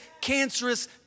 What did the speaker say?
cancerous